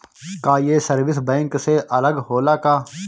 का ये service bank से अलग होला का?